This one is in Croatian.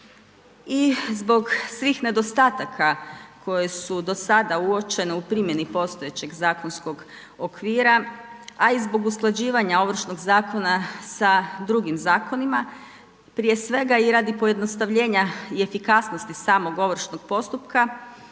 I zbog svih nedostataka koji su do sada uočeni u primjeni postojećeg zakonskog okvira, a i zbog usklađivanja Ovršnog zakona sa drugim zakonima, prije svega i radi pojednostavljenja i efikasnosti samog ovršnog postupka,